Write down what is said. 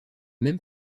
même